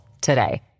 today